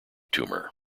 tumor